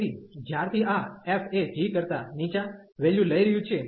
તેથી જ્યારથી આ f એ g કરતાં નીચા વેલ્યુ લઈ રહ્યું છે